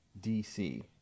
DC